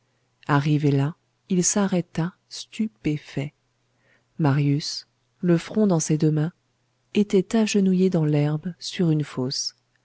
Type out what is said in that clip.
arrivé là il s'arrêta stupéfait marius le front dans ses deux mains était agenouillé dans l'herbe sur une fosse